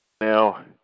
Now